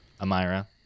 Amira